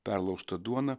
perlaužta duona